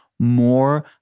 More